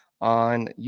on